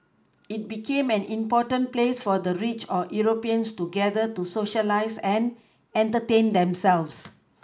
it became an important place for the rich or Europeans to gather to Socialise and entertain themselves